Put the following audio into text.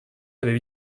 avait